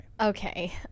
Okay